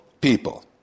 people